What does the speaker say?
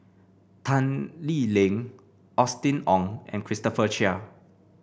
Tan Lee Leng Austen Ong and Christopher Chia